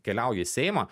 keliauji į seimą